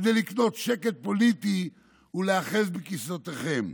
כדי לקנות שקט פוליטי ולהיאחז בכיסאותיכם,